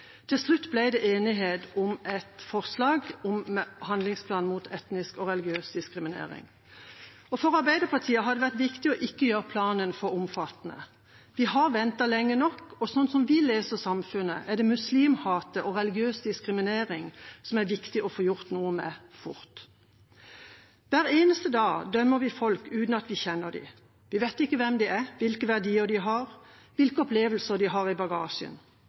Til slutt ble det enighet om et forslag om en handlingsplan mot etnisk og religiøs diskriminering. For Arbeiderpartiet har det vært viktig ikke å gjøre planen for omfattende. Vi har ventet lenge nok, og slik vi leser samfunnet, er det muslimhat og religiøs diskriminering det er viktig å få gjort noe med fort. Hver eneste dag dømmer vi folk uten at vi kjenner dem. Vi vet ikke hvem de er, hvilke verdier de har, eller hvilke opplevelser de har i bagasjen.